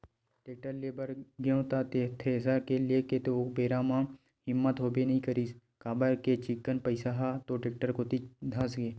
tractor ले बर गेंव त थेरेसर के लेय के तो ओ बेरा म हिम्मत होबे नइ करिस काबर के चिक्कन पइसा ह तो टेक्टर कोती धसगे